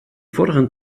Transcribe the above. vorderen